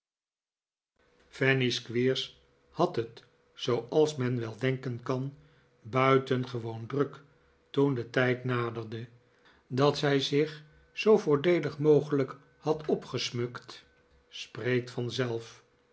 fanny squeers had het zooals men wel denken kan buitengewoon druk toen de tijd naderde dat zij zich zoo voordeelig mogelijk had gesmukt spreekt